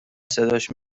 صداش